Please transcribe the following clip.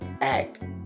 act